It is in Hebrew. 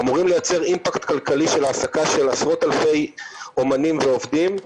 אמורים לייצר אימפקט כלכלי של העסקה של עשרות אלפי אומנים ועובדים,